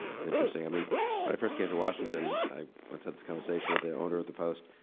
yeah it's interesting, i mean when i first came to washington i once had this conversation with the owner of the post.